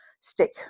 stick